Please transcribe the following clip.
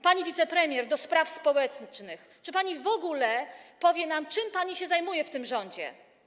Pani wicepremier do spraw społecznych, czy pani w ogóle powie nam, czym pani się zajmuje w tym rządzie?